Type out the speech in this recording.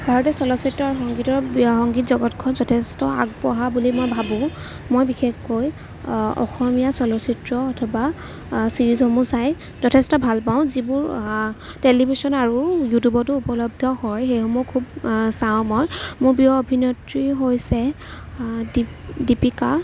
ভাৰতৰ চলচিত্ৰ আৰু সংগীতৰ সংগীত জগতখন যথেষ্ট আগবঢ়া বুলি মই ভাবোঁ মই বিশেষকৈ অসমীয়া চলচিত্ৰ অথবা চিৰিজসমূহ চাই যথেষ্ট ভাল পাওঁ যিবোৰ টেলিভিছন আৰু ইউটিউবতো উপলব্ধ হয় সেইসমূহ খুব চাওঁ মই মোৰ প্ৰিয় অভিনেত্ৰী হৈছে দিপ দিপীকা